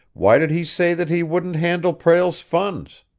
why did he say that he wouldn't handle prale's funds?